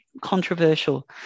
controversial